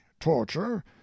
torture